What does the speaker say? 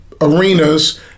arenas